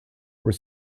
were